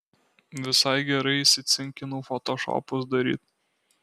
visai gerai įsicinkinau fotošopus daryt